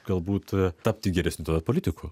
galbūt tapti geresniu tada politiku